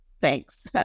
thanks